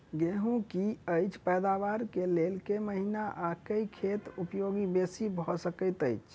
गेंहूँ की अछि पैदावार केँ लेल केँ महीना आ केँ खाद उपयोगी बेसी भऽ सकैत अछि?